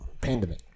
Pandemic